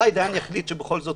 מתי דיין יחליט שבכל זאת